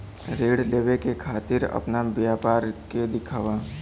ऋण लेवे के खातिर अपना व्यापार के दिखावा?